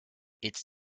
its